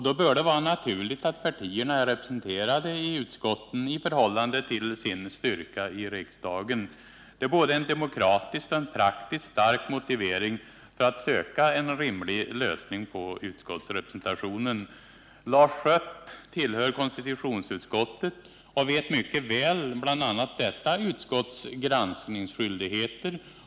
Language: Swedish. Då bör det vara naturligt att partierna är representerade i utskotten i förhållande till sin styrka i riksdagen. Det är en både demokratiskt och praktiskt stark motivering för att söka en rimlig lösning på frågan om utskottsrepresentationen. Lars Schött tillhör konstitutionsutskottet och känner mycket väl till bl.a. detta utskotts granskningsskyldigheter.